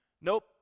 Nope